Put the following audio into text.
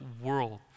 world